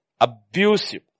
abusive